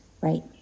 right